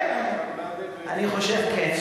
זה אותו השטן,